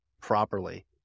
properly